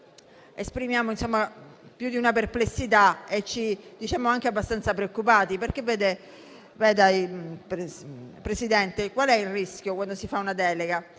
esprimiamo più di una perplessità e ci diciamo anche abbastanza preoccupati. Signor Presidente, qual è il rischio, quando si fa una delega?